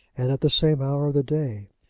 and at the same hour of the day.